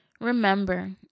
Remember